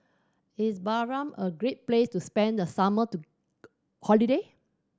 is Bahrain a great place to spend the summer to holiday